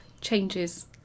changes